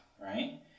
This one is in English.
right